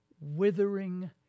withering